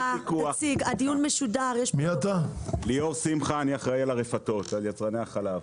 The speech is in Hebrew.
שמי ליאור שמחה, אחראי על הרפתות ועל יצרני החלב.